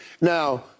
Now